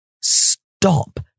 Stop